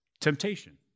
temptation